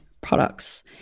products